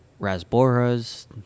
rasboras